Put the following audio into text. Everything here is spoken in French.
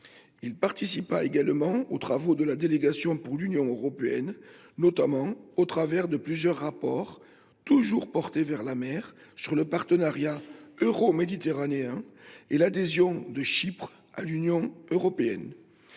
Il participa également aux travaux de la délégation pour l’Union européenne, notamment au travers de plusieurs rapports, toujours portés vers la mer, relatifs notamment au partenariat euro méditerranéen et à l’adhésion de Chypre à l’Union européenne.